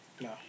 No